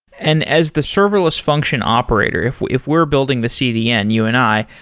and as the serverless function operator, if we're if we're building the cdn, you and i,